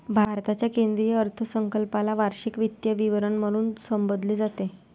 भारताच्या केंद्रीय अर्थसंकल्पाला वार्षिक वित्तीय विवरण म्हणून संबोधले जाते